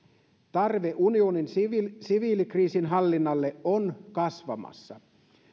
tarve unionin siviilikriisinhallinnalle on kasvamassa